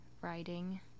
writing